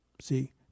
See